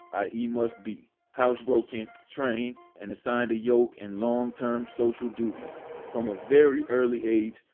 i e, must be housebroken, trained, and assigned a yoke and long term social duties from a very early age,